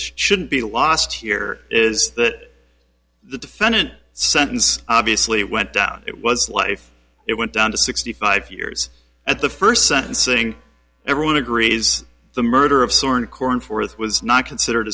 should be lost here is that the defendant sentence obviously went down it was life it went down to sixty five years at the first sentencing everyone agrees the murder of sorn koren fourth was not considered